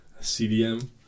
CDM